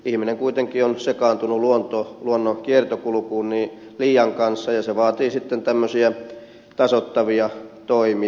ihminen kuitenkin on sekaantunut luonnon kiertokulkuun liian kanssa ja se vaatii sitten tämmöisiä tasoittavia toimia